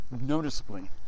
noticeably